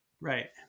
right